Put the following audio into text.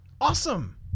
Awesome